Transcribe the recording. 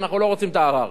אנחנו לא רוצים את הערר,